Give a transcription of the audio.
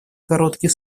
короткий